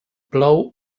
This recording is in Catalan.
plou